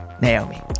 Naomi